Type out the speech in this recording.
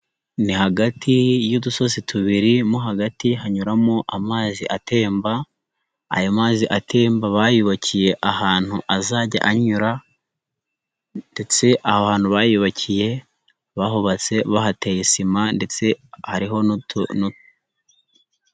Ni hagati y'udusozi tubiri mo hagati hanyuramo amazi atemba, ayo mazi atemba bayubakiye ahantu azajya anyura ndetse aho hantu bayubakiye, bahubatse bahateye sima ndetse ariho n'utuntu.